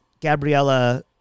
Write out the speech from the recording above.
Gabriella